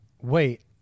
Wait